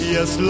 Yes